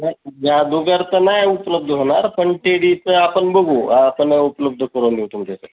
ना या बुधवार तर नाही उपलब्ध होणार पण ते डेटचं आपण बघू आपण उपलब्ध करून देऊ तुमच्याकडे